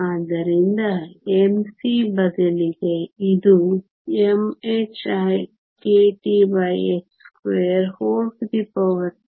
ಆದ್ದರಿಂದ mc ಬದಲಿಗೆ ಇದು mhikTh232